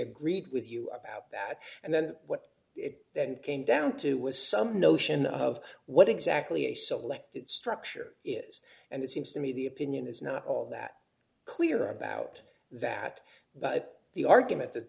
agreed with you about that and then what it came down to was some notion of what exactly a selected structure is and it seems to me the opinion is not all that clear about that but the argument that